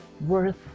worth